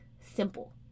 simple